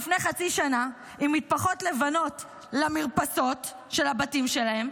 לפני חצי שנה עם מטפחות לבנות למרפסות של הבתים שלהם,